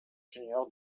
junior